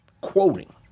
quoting